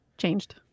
Changed